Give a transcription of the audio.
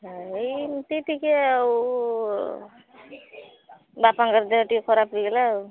ଏଇ ଏମିତି ଟିକିଏ ଆଉ ବାପାଙ୍କର ଦେହ ଟିକିଏ ଖରାପ ହେଇଗଲା ଆଉ